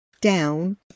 down